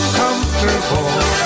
comfortable